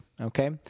okay